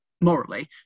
morally